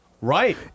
Right